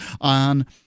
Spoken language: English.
on